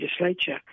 legislature